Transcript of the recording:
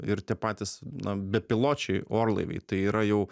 ir tie patys na bepiločiai orlaiviai tai yra jau